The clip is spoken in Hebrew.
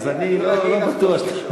אז לא בטוח, אני רגיל לחטוף ראשון.